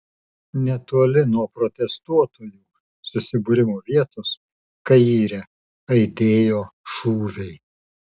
netoli nuo protestuotojų susibūrimo vietos kaire aidėjo šūviai